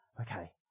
okay